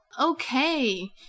Okay